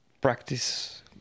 practice